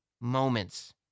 moments